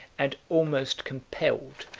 and almost compelled,